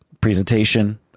presentation